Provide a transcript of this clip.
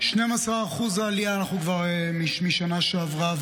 12% עלייה כבר משנה שעברה.